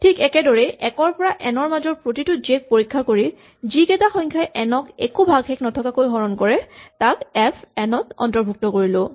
ঠিক একেদৰেই ১ ৰ পৰা এন ৰ মাজৰ প্ৰতিটো জে ক পৰীক্ষা কৰি যিকেইটা সংখ্যাই এন ক একো ভাগশেষ নথকাকৈ হৰণ কৰে তাক এফ এন ত অৰ্ন্তভুক্ত কৰিলো